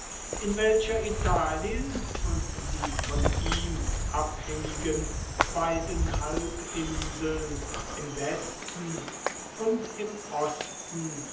in welcher italien und die von ihm abhängigen beiden halbinseln im westen und im osten